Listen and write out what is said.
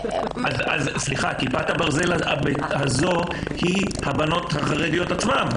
סליחה, כיפת הברזל הזו היא הבנות החרדיות עצמן.